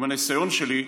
ומהניסיון שלי,